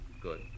Good